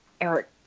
Eric